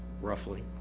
Roughly